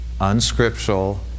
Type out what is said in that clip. unscriptural